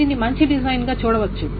దీనిని మంచి డిజైన్ గా చూడవచ్చు